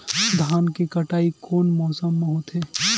धान के कटाई कोन मौसम मा होथे?